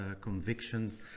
convictions